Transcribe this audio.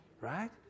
right